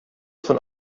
von